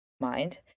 mind